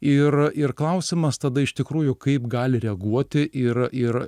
ir ir klausimas tada iš tikrųjų kaip gali reaguoti ir ir